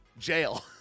jail